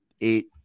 eight